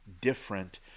different